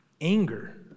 Anger